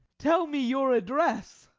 tell me your address.